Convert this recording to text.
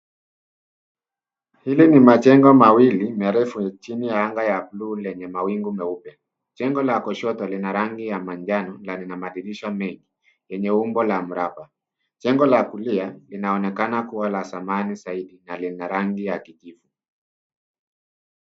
Hili ni majengo mawili marefu chini ya anga ya bluu lenye mawingu meupe. Jengo la kushoto lina rangi ya manjano na lina madirisha mengi yenye umbo la mraba. Jengo la kulia inaonekana kubwa la zamani zaidi na lina rangi ya kijivu.